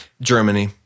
Germany